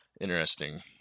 interesting